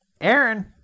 Aaron